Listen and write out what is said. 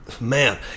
man